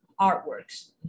artworks